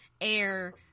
air